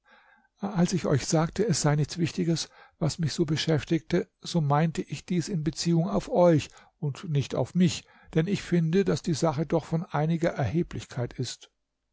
als ich euch sagte es sei nichts wichtiges was mich so beschäftigte so meinte ich dies in beziehung auf euch und nicht auf mich denn ich finde daß die sache doch von einiger erheblichkeit ist